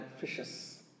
fishes